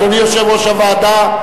אדוני יושב-ראש הוועדה,